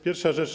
Pierwsza rzecz.